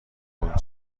کنگ